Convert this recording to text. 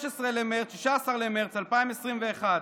16 במרץ 2021,